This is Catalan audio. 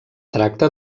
tracta